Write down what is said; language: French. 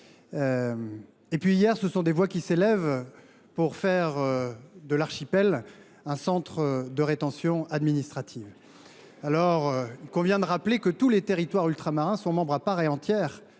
; et, hier, ce sont des voix qui s’élèvent pour faire de l’archipel un centre de rétention administrative… Il convient de rappeler que tous les territoires ultramarins sont membres à part entière